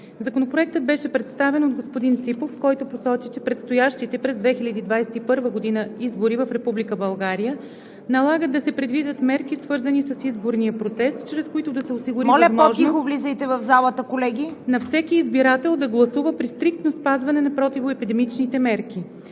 Законопроектът беше представен от господин Ципов, който посочи, че предстоящите през 2021 г. избори в Република България налагат да се предвидят мерки, свързани с изборния процес, чрез които да се осигури възможност на всеки избирател да гласува при стриктно спазване на противоепидемичните мерки.